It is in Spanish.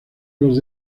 los